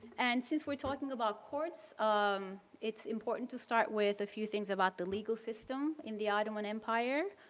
and since we're talking about courts, um it's important to start with a few things about the legal system in the ottoman empire.